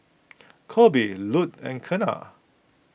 Colby Lute and Keena